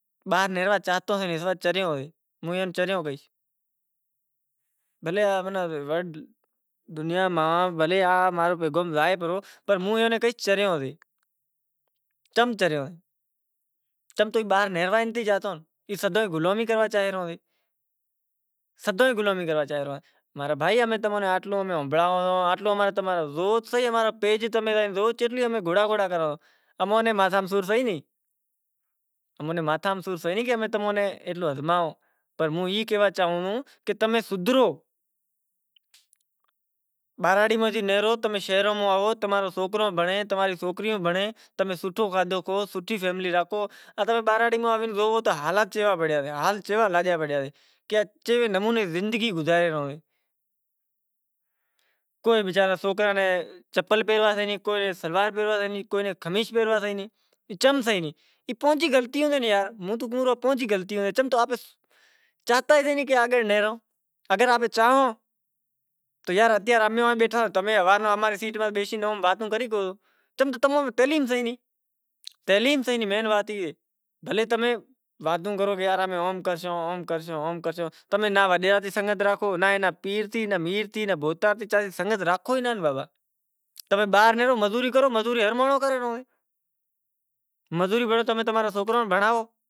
باہر نیہروا چاہتو نہیں ہوں ایئے ناں چریو کہیس موں ایئے ناں کہیس چریو سے چم چریو سے چم کہ باہر نیہروا ئی نتھی چاہتو ای غلامی کری ریو۔ اماں میں ماتھاں میں سور سے ئی نہیں کہ تمیں ہمزائوں پنڑ ای کہاوا چاہوں کہ تمیں سدھرو بہراڑی میں نیہرو تو شہر میں آوو تمارو سوکرو بھنڑے تماری سوکریوں بھنڑے تمیں سوٹھو کھادہو کھائو، یار امیں اوم کرسوں تمیں کے وڈیراں کن سنگت ناں راکھو۔ بھلیں مزوری کرو سوکراں ناں بھنڑائو۔